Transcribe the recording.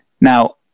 Now